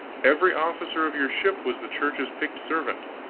every officer of your ship was the church's picked servant,